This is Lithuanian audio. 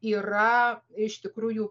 yra iš tikrųjų